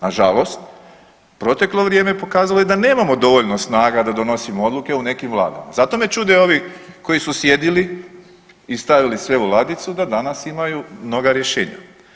Nažalost proteklo vrijeme pokazalo je da nemamo dovoljno snaga da donosimo odluke u vladama zato me čude ovi koji su sjedili i stavili sve u ladicu da danas imaju mnoga rješenja.